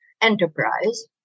enterprise